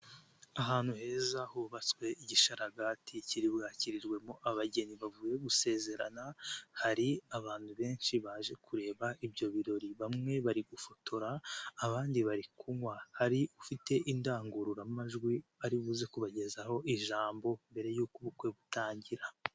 Ahantu heza hubatswe igisharagati kiribwakirirwemo abageni bavuye gusezerana, hari abantu benshi baje kureba ibyo birori, bamwe bari gufotora abandi bari kunywa, hari ufite indangururamajwi ari buze kubagezaho ijambo mbere y'uko ubukwe butangira.